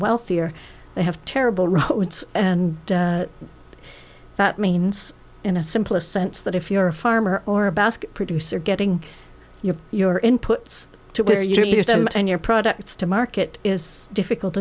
wealthier they have terrible roads and that means in a simplest sense that if you're a farmer or a basket producer getting your your inputs to where you do your job and your products to market is difficult